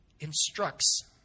instructs